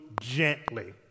gently